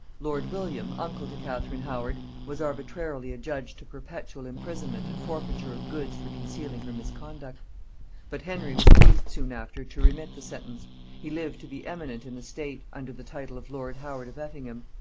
lord william, uncle to catherine howard, was arbitrarily adjudged to perpetual imprisonment and forfeiture of goods for concealing her misconduct but henry was pleased soon after to remit the sentence he lived to be eminent in the state under the title of lord howard of effingham,